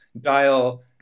dial